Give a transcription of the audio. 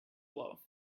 blow